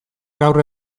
gaur